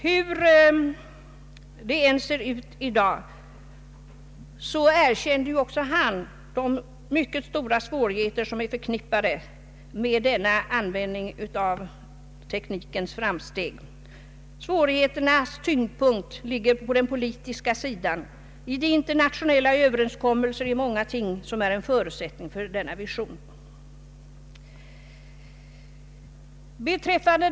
Hur det än ser ut i dag, så erkänner ju även han de mycket stora svårigheter som är förknippade med användningen av dessa tekniska framsteg. Svårigheternas tyngdpunkt ligger på den politiska sidan, de internationella överenskommelser i många ting som är en förutsättning för dessa sändningar.